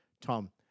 Tom